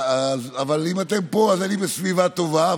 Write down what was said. אבל אם אתם פה אז אני בסביבה טובה.